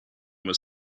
was